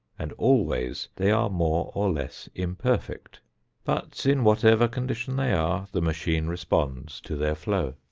and always they are more or less imperfect but in whatever condition they are, the machine responds to their flow.